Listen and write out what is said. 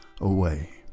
away